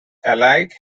alike